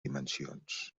dimensions